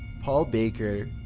paul baker,